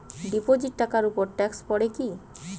Deposit টাকার উপর tax পড়ে কি?